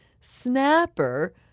snapper